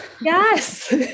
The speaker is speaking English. yes